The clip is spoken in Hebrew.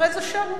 הרי זו שערורייה.